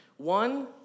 One